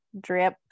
Drip